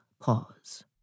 pause